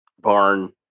barn